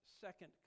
second